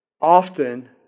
often